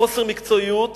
חוסר המקצועיות